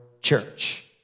church